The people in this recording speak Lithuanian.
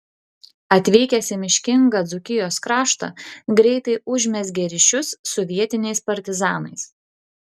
atvykęs į miškingą dzūkijos kraštą greitai užmezgė ryšius su vietiniais partizanais